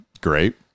great